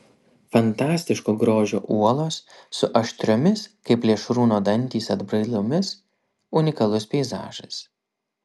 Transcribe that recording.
fantastiško grožio uolos su aštriomis kaip plėšrūno dantys atbrailomis unikalus peizažas